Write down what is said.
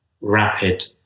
rapid